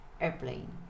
airplane